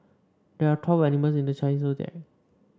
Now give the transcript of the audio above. there are twelve animals in the Chinese Zodiac